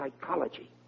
Psychology